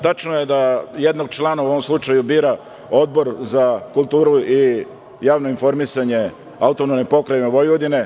Tačno je da jednog člana u ovom slučaju bira Odbor za kulturu i javno informisanje AP Vojvodine.